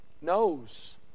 knows